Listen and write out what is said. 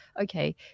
Okay